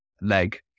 leg